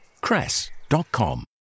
cress.com